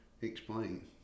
explain